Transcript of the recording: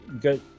good